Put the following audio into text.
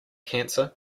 cancer